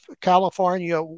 California